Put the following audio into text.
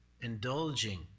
indulging